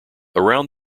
around